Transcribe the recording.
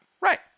Right